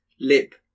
lip